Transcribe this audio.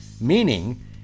meaning